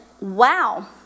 wow